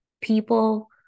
People